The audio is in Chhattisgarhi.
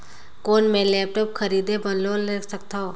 कौन मैं लेपटॉप खरीदे बर लोन ले सकथव?